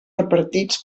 repartits